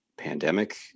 pandemic